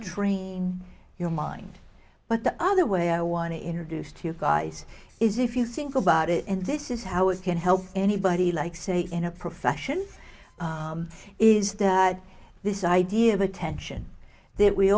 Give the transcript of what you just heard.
train your mind but the other way i want to introduce to you guys is if you think about it and this is how it can help anybody like say in a profession is that this idea of attention that we